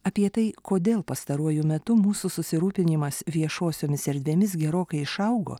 apie tai kodėl pastaruoju metu mūsų susirūpinimas viešosiomis erdvėmis gerokai išaugo